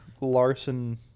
Larson